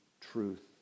truth